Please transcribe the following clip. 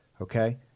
Okay